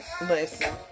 Listen